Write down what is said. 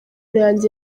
yanjye